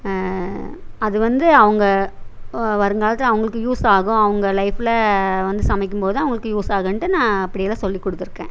அதுவந்து அவங்க வருங்காலத்தில் அவங்களுக்கு யூஸ் ஆகும் அவங்க லைஃப்ல வந்து சமைக்கும்போது அவங்களுக்கு யூஸ் ஆகுன்ட்டு நான் அப்படி எல்லாம் சொல்லிக் கொடுத்துருக்கேன்